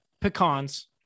Pecans